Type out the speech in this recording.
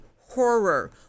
horror